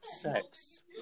sex